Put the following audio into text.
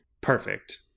Perfect